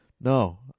No